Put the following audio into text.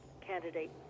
candidate